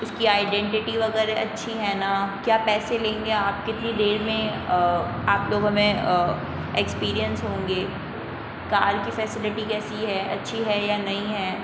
उसकी आइडेंटिटी वगैरह अच्छी है ना क्या पैसे लेंगे आप कितनी देर में आप लोगो में एक्सपीरियंस होंगे कार की फैसिलिटी कैसी है अच्छी है या नहीं है